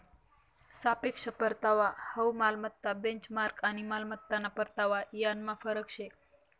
सापेक्ष परतावा हाउ मालमत्ता बेंचमार्क आणि मालमत्ताना परतावा यानमा फरक शे